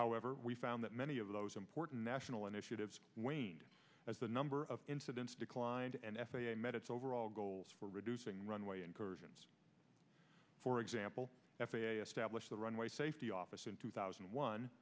however we found that many of those important national initiatives waned as the number of incidents declined and f a a met its overall goals for reducing runway incursions for example f a a stablished runway safety office in two thousand and one